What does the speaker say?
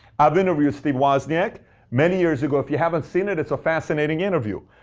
i've interviewed steve wozniak many years ago. if you haven't seen it, it's a fascinating interview.